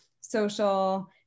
social